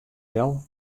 del